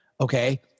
Okay